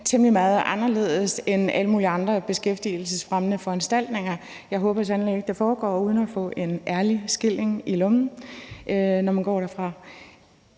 temmelig meget anderledes end alle mulige andre beskæftigelsesfremmende foranstaltninger. Jeg håber sandelig ikke, at det foregår, uden at man får en ærlig skilling i lommen, når man går derfra.